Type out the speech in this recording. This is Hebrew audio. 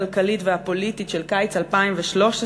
הכלכלית והפוליטית של קיץ 2013,